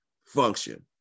function